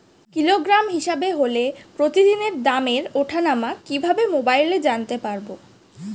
Kilogram হিসাবে হলে প্রতিদিনের দামের ওঠানামা কিভাবে মোবাইলে জানতে পারবো?